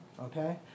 Okay